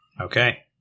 Okay